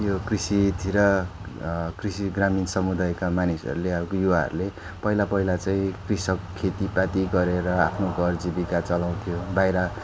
यो कृषितिर कृषि ग्रामीण समुदायका मानिसहरूले अब युवाहरूले पहिला पहिला चाहिँ कृषक खेतीपाती गरेर आफ्नो घर जीविका चलाउँथ्यो बाहिर